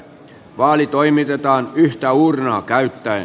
vaali toimitetaan yhtä uurnaa käyttäen